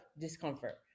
discomfort